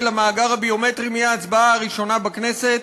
למאגר הביומטרי מההצבעה הראשונה בכנסת,